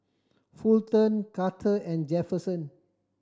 Fulton Carter and Jefferson